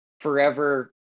forever